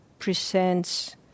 Presents